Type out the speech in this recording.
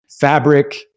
fabric